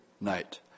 night